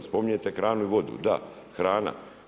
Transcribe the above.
Spominjete hranu i vodu, da hrana.